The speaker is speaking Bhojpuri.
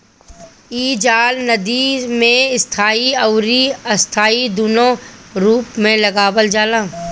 इ जाल नदी में स्थाई अउरी अस्थाई दूनो रूप में लगावल जाला